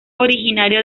originario